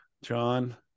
John